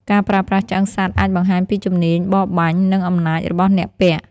ការប្រើប្រាស់ឆ្អឹងសត្វអាចបង្ហាញពីជំនាញបរបាញ់ និងអំណាចរបស់អ្នកពាក់។